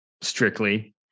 strictly